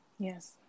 Yes